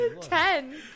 ten